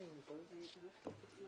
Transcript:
המטרות שלה הן הצעת רווחים לבעלי המניות שלה.